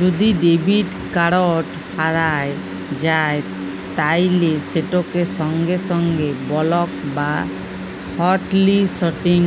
যদি debit card হারাঁয় যায় তাইলে সেটকে সঙ্গে সঙ্গে বলক বা হটলিসটিং